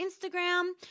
Instagram